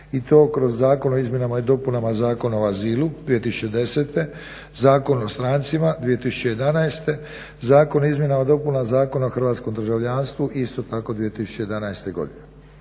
i to kroz zakon o izmjenama i dopunama Zakona o azilu 2010., Zakon o strancima 2011., Zakon o izmjenama i dopunama Zakona o hrvatskom državljanstvu isto tako 2011. godine.